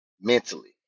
mentally